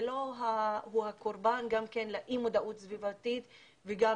לא הוא הקורבן גם לאי מודעות סביבתית וגם